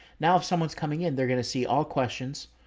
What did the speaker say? now if someone's coming in, they're going to see all questions.